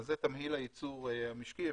זה תמהיל הייצור המשקי.